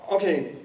Okay